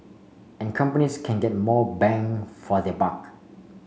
and companies can get more bang for their buck